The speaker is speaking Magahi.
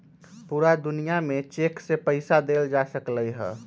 पूरा दुनिया में चेक से पईसा देल जा सकलई ह